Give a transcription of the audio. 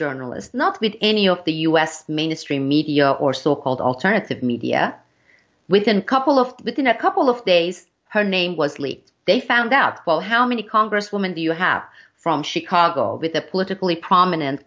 journalists not with any of the u s mainstream media or so called alternative media within a couple of within a couple of days her name was leaked they found out well how many congresswoman do you have from chicago with a politically prominent